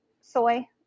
soy